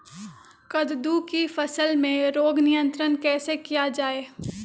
कददु की फसल में रोग नियंत्रण कैसे किया जाए?